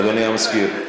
אדוני המזכיר.